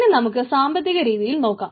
ഇനി നമുക്ക് സാമ്പത്തിക രീതിയിൽ നോക്കാം